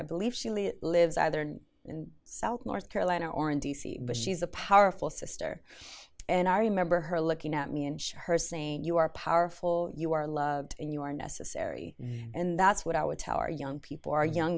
i believe she lives either in and south north carolina or in d c but she's a powerful sister and i remember her looking at me and she her saying you are powerful you are loved and you are necessary and that's what i would tell our young people our young